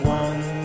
one